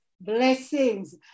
blessings